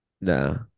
No